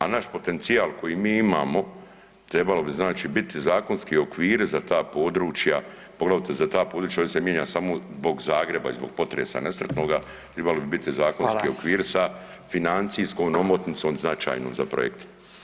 A naš potencijal koji mi imamo trebalo bi znači biti zakonski okviri za ta područja, poglavito za ta područja, ovdje se mijenja samo zbog Zagreba i zbog potresa nesretnoga, tribali bi biti zakonski [[Upadica: Hvala.]] okviri sa financijskom omotnicom značajnom za projekt.